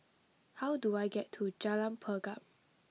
how do I get to Jalan Pergam